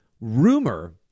rumor